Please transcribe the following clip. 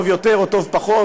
טוב יותר או טוב פחות,